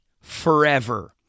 forever